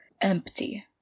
empty